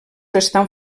estan